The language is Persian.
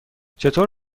چطور